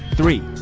Three